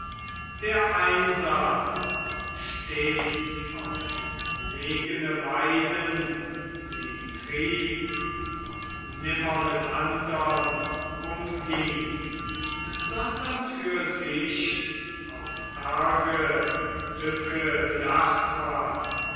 der einsam stets auf entlegene weiden sie trieb und nimmer mit andern umging sondern für sich auf arge tücke bedacht war